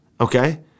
Okay